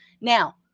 Now